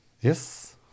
Yes